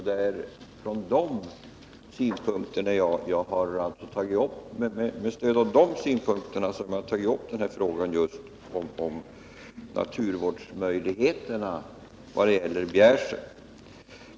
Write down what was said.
Det är med stöd av de synpunkterna jag har tagit upp frågan om naturvårdsmöjligheterna i Bjärsjö.